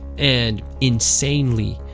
and, insanely,